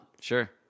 Sure